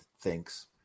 thinks